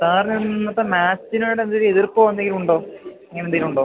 സാറിന് ഇന്നത്തെ മേച്ചിനോടെന്തെങ്കിലും എതിർപ്പോ എന്തെങ്കിലുമുണ്ടോ അങ്ങനെയെന്തെങ്കിലുമുണ്ടോ